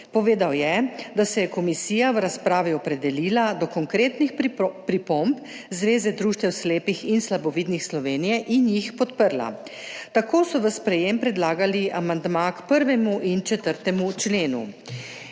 Povedal je, da se je komisija v razpravi opredelila do konkretnih pripomb Zveze društev slepih in slabovidnih Slovenije in jih podprla. Tako so v sprejetje predlagali amandma k 1. in 4. členu.